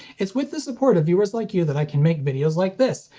it's with the support of viewers like you that i can make videos like this,